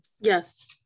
Yes